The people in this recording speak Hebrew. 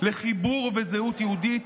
לחיבור וזהות יהודית,